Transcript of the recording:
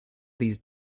these